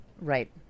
Right